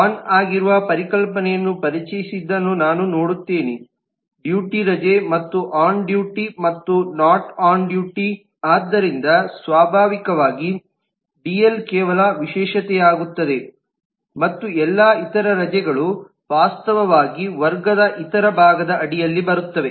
on ಆಗಿರುವ ಪರಿಕಲ್ಪನೆಯನ್ನು ಪರಿಚಯಿಸಿದ್ದನ್ನು ನಾನು ನೋಡುತ್ತೇನೆ ಡ್ಯೂಟಿ ರಜೆ ಮತ್ತು ಆನ್ ಡ್ಯೂಟಿ ಮತ್ತು ನಾಟ್ ಆನ್ ಡ್ಯೂಟಿ ಆದ್ದರಿಂದ ಸ್ವಾಭಾವಿಕವಾಗಿ ಡಿಎಲ್ ಕೇವಲ ವಿಶೇಷತೆಯಾಗುತ್ತದೆ ಮತ್ತು ಎಲ್ಲಾ ಇತರ ರಜೆಗಳು ವಾಸ್ತವವಾಗಿ ವರ್ಗದ ಇತರ ಭಾಗದ ಅಡಿಯಲ್ಲಿ ಬರುತ್ತವೆ